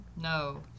No